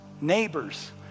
neighbors